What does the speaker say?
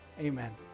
Amen